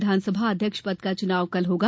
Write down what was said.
विधानसभा अध्यक्ष पद का चुनाव कल होगा